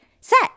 set